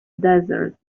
desert